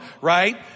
right